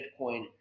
Bitcoin